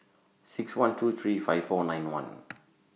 six one two three five four nine one